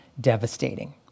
devastating